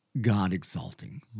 God-exalting